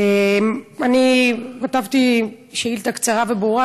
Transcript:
אני כתבתי שאילתה קצרה וברורה,